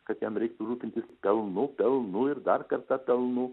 kad jam reiktų rūpintis pelnu pelnu ir dar kartą pelnu